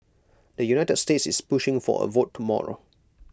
the united states is pushing for A vote tomorrow